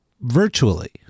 virtually